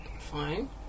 fine